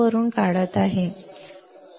वरून काढत आहोत